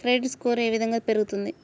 Credit score ఏ విధంగా పెరుగుతుంది?